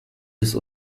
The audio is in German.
des